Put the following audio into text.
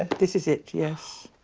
this is it, yes.